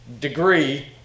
degree